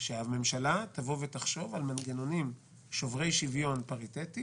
שהממשלה תחשוב על מנגנונים שוברי שוויון פריטטי